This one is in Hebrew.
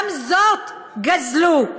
גם זאת גזלו.